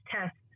test